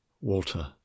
Walter